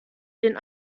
den